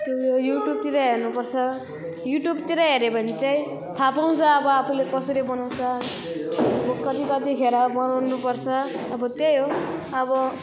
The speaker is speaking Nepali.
त्यो युट्युबतिर हेर्नुपर्छ युट्युबतिर हेऱ्यो भने चाहिँ थाहा पाउँछ अब आफूले कसरी बनाउँछ अब कति कतिखेर बनाउनुपर्छ अब त्यही हो अब